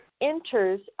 enters